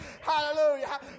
hallelujah